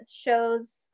shows